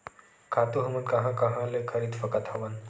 खातु हमन कहां कहा ले खरीद सकत हवन?